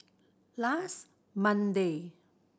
last Monday